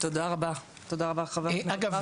תודה רבה חבר הכנסת מרעי.